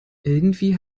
irgendwie